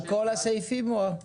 על כל הסעיפים או,